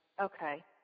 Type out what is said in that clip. Okay